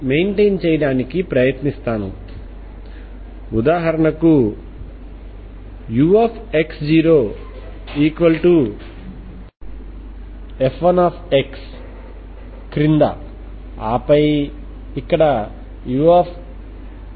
అవి కాంస్టెంట్ గా ఉంటే మాత్రమే ఇది సాధ్యమవుతుంది కనుక ఈ λ అనేది ఒక కాంస్టెంట్ అనుకోండి